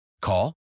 Call